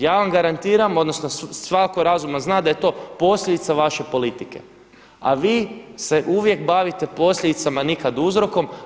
Ja vam garantiram odnosno svatko razuman zna da je to posljedica vaše politike, a vi se uvijek bavite posljedicama, nikad uzrokom.